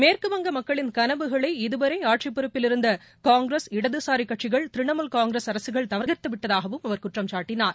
மேற்குவங்க மக்களின் களவுகளை இதுவரை ஆட்சிப் பொறுப்பில் இருந்த காங்கிரஸ் இடதுசாரி கட்சிகள் திரிணமூல் காங்கிரஸ் அரசுகள் தகாத்துவிட்டதாகவும் அவர் குற்றம்சாட்டினார்